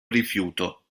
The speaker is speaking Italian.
rifiuto